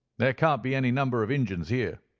there can't be any number of injuns here,